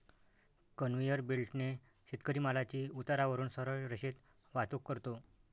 conveyor बेल्टने शेतकरी मालाची उतारावरून सरळ रेषेत वाहतूक करतो